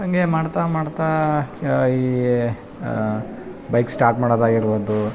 ಹಂಗೆ ಮಾಡ್ತಾ ಮಾಡ್ತಾ ಎ ಬೈಕ್ ಸ್ಟಾರ್ಟ್ ಮಾಡೋದಾಗಿರ್ಬೊದು